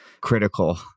critical